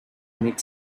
mid